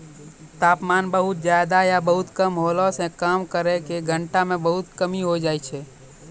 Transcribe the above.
तापमान बहुत ज्यादा या बहुत कम होला सॅ काम करै के घंटा म बहुत कमी होय जाय छै